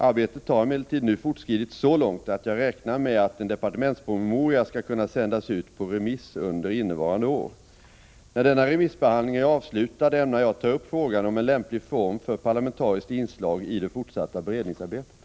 Arbetet har emellertid nu fortskridit så långt att jag räknar med att en departementspromemoria skall kunna sändas ut på remiss under innevarande år. När denna remissbehandling är avslutad ämnar jag ta upp frågan om en lämplig form för ett parlamentariskt inslag i det fortsatta beredningsarbetet.